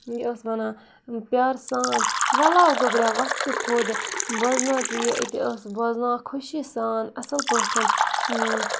یہِ ٲس وَنان پیٛارٕ سان وَلاو گۄبراو وَتھ ژٕ تھوٚد بوزناو ژٕ یہِ أتی ٲس بوزناوان خوشی سان اَصٕل پٲٹھۍ